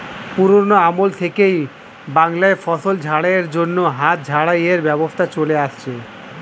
পুরোনো আমল থেকেই বাংলায় ফসল ঝাড়াই এর জন্য হাত ঝাড়াই এর ব্যবস্থা চলে আসছে